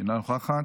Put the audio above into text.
אינה נוכחת,